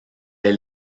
est